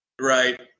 right